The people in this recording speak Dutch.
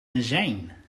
zijn